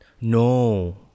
No